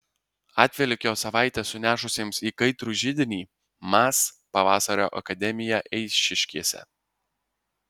atvelykio savaitę sunešusiems į kaitrų židinį mas pavasario akademiją eišiškėse